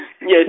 Yes